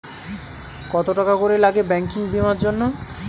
কত টাকা করে লাগে ব্যাঙ্কিং বিমার জন্য?